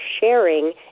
sharing